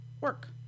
work